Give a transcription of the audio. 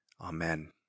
Amen